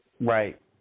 Right